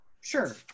Sure